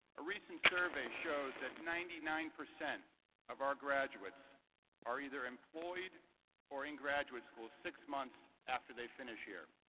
a recent survey shows that ninety nine percent of our graduates are either employed or in graduate school six months after they finish here.